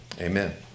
amen